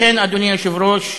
לכן, אדוני היושב-ראש,